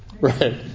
Right